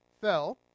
fell